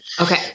okay